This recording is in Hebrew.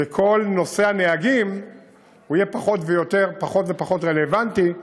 וכל נושא הנהגים יהיה פחות ופחות רלוונטי,